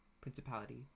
Principality